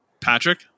Patrick